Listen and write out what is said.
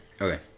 Okay